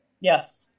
Yes